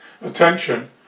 attention